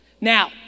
Now